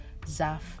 zaf